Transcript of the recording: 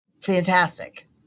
Fantastic